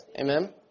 Amen